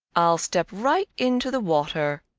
i'll step right into the water!